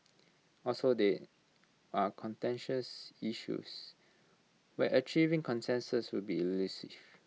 also they are contentious issues where achieving consensus will be elusive